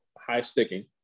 high-sticking